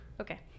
okay